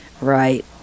right